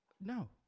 no